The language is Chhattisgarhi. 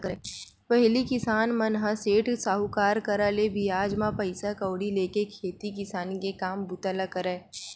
पहिली किसान मन ह सेठ, साहूकार करा ले बियाज म पइसा कउड़ी लेके खेती किसानी के काम बूता ल करय